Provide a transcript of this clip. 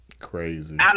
crazy